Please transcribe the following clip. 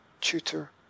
tutor